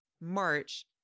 March